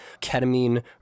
ketamine